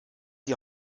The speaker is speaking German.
die